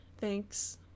Thanks